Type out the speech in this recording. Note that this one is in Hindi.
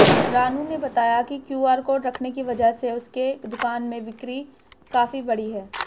रानू ने बताया कि क्यू.आर कोड रखने की वजह से उसके दुकान में बिक्री काफ़ी बढ़ी है